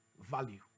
value